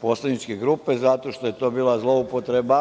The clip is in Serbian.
poslaničke grupe, zato što je to bila zloupotreba